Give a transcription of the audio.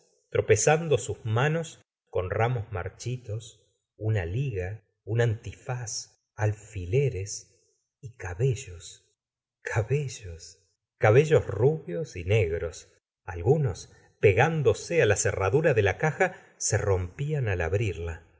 tropezando sus manos con ramos marchitos una liga un antifaz alfileres y cabellos cabellos cabellos rubios y negros algunos pegándose á la cerradura de la caja se rompían al abrirla